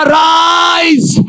rise